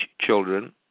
children